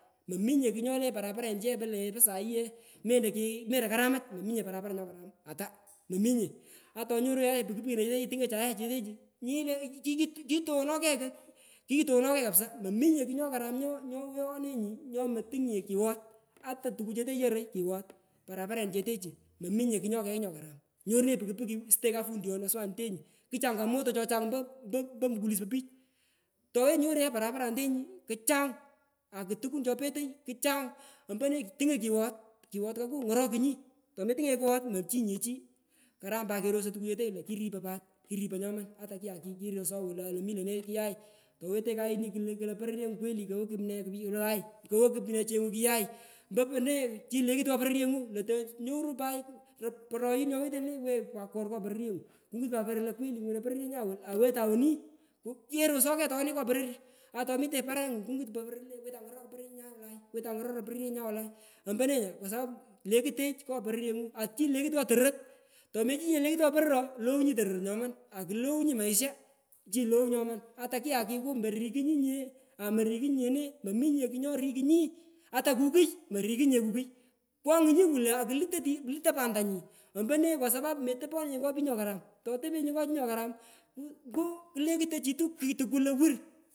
Mominye kugh nyole paraparenichu po sayi ye meloki melokale mach mominye parapara nyokaram ata mominye ata tonyorunye piki pikirechu tungaye chetechu nyini le ki kitongono kigh ko kitoghonokegh kapsa mominye kugh nyokaram nyoweghonenyi oyomotungnye kighot ata tukuchete yoroy kighot parapareniche techu mominye kugh nyokegh nyokaram nyoru nenyi piki piki sutenyi kafunduyon aswanetenyi ku changamoto chochang ompo mukulis po pich towenyi ye paraparanetenyu kuchang akutukun chopetoi kuchang ompone tungonyi kighot, kighot koku ngorokunyi, tometungonyinge kighot mechini nye chii karam pat kerosoi kor tukuchetechu ko keropoi pat keropoi nyoman ata kuyai kirosoi wolai lo mil lone kiyai towetenyi kayi kule porokyengu kweli kowo kumne wolai kowo cheng kuyai mpone chinyi lekut ngo pororyengu lo tonyorunyi pat po poroyun watenyi iwenyi pat kor ngo pororyengu kongut pat poror lo kweli ngunoy pororyenya wolu awetan woni keroso kegh toni ngo poror ata tomitenyi parengu kengut poror lo wetan ngorokoi pororyenyu wolai wetan nyorokoi pororyenyan wolai omponenya kwa sapapu llekutech ngo poror pororyengu achinyi lekut ngo torot tomechinyinye lekut ngo poror ooh low nyi tororot nyoman akulow nyi maisha chinyi low nyoman ata kyakiku morikunyinye amorikunyinye ne mominye kugh nyorikungi ata kukui morikunyinye kukui kwongunyi kule alut oti lutoi pantenyi kwa sapapu ombone metopenyinye ngo pich nyokaram totopenyi ngo pich nyokaram po kulekutochitu pit tukul lowur.